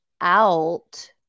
out